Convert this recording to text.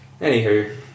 Anywho